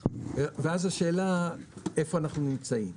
ואז השאלה היא איפה אנחנו נמצאים?